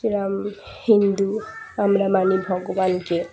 যেরম হিন্দু আমরা মানি ভগবানকে